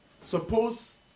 Suppose